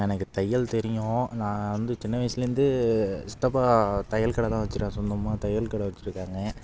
எனக்கு தையல் தெரியும் நான் வந்து சின்ன வயசுலேருந்து சித்தப்பா தையல் கடை தான் வைச்சிருக்காரு சொந்தமாக தையல் கடை வைச்சிருக்காங்க